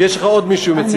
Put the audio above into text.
יש עוד מציע.